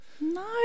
No